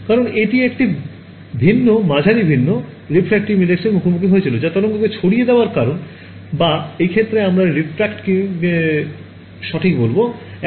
কারণ এটি একটি ভিন্ন মাঝারি ভিন্ন refractive index এর মুখোমুখি হয়েছিল যা তরঙ্গকে ছড়িয়ে দেওয়ার কারণ বা এই ক্ষেত্রে আমরা refract কে সঠিক বলব